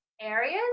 areas